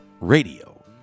Radio